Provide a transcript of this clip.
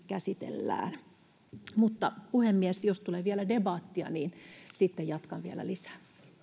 käsitellä jälkijättöisesti mutta puhemies jos tulee vielä debattia niin sitten jatkan vielä lisää